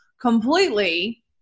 completely